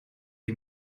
die